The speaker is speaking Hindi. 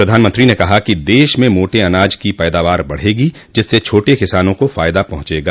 प्रधानमंत्री ने कहा कि देश में मोटे अनाज की पैदावार बढ़ेगी जिससे छोटे किसानों को फायदा पहुंचेगा